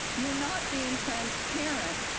you're not being transparent,